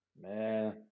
Man